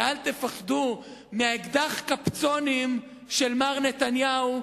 ואל תפחדו מאקדח הקפצונים של מר נתניהו,